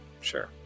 sure